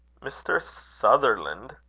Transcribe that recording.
mr. sutherland?